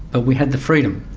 but we had the freedom.